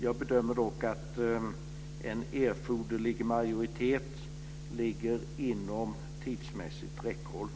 Jag bedömer dock att en erforderlig majoritet ligger inom tidsmässigt räckhåll.